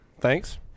Thanks